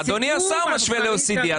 אדוני השר משווה ל-OECD.